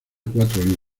cuatro